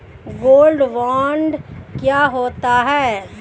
Gold bond क्या होता है?